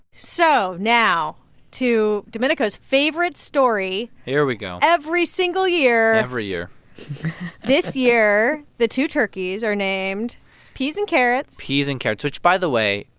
so now to domenico's favorite story. here we go. every single year every year this year, the two turkeys are named peas and carrots peas and carrots, which by the way,